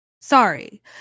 sorry